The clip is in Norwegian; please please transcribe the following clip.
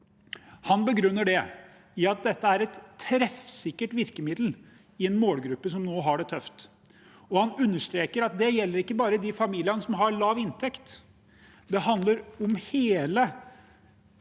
Han begrunner det med at dette er et treffsikkert virkemiddel i en målgruppe som nå har det tøft, og han understreker at det ikke bare gjelder de familiene som har lav inntekt. Det handler om hele